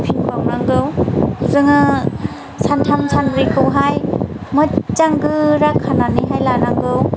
होफिनबावनांगौ जों सानथाम सानब्रैखौहाय मोजां गोरा खानानैहाय लानांगौ